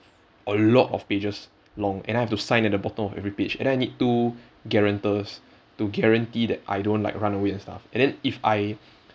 a lot of pages long and then I have to sign at the bottom of every page and then I need two guarantors to guarantee that I don't like run away and stuff and then if I